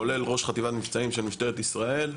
כולל ראש חטיבת מבצעים של משטרת ישראל,